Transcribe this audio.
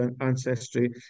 ancestry